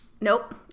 nope